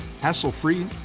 hassle-free